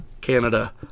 canada